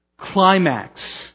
climax